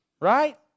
Right